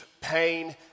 pain